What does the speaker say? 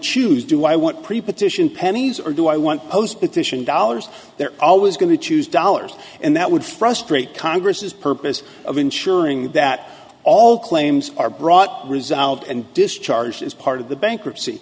choose do i want preposition pennies or do i want efficient dollars they're always going to choose dollars and that would frustrate congress's purpose of ensuring that all claims are brought resolved and discharged as part of the bankruptcy